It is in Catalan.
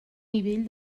nivell